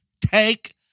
Take